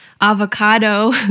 avocado